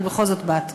אבל בכל זאת באת.